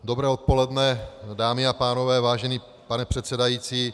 Dobré odpoledne, dámy a pánové, vážený pane předsedající.